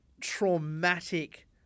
traumatic